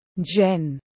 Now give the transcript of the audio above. Jen